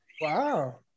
Wow